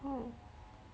oh